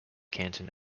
canton